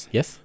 Yes